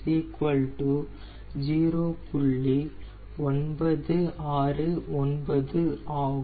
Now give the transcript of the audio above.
969 ஆகும்